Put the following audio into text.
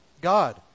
God